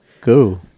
go